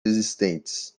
existentes